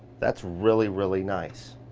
that's really really nice.